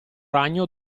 ragno